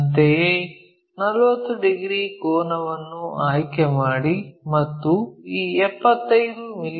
ಅಂತೆಯೇ 40 ಡಿಗ್ರಿ ಕೋನವನ್ನು ಆಯ್ಕೆಮಾಡಿ ಮತ್ತು ಈ 75 ಮಿ